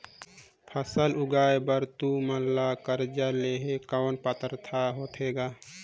फसल उगाय बर तू मन ला कर्जा लेहे कौन पात्रता होथे ग?